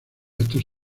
estos